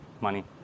money